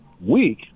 week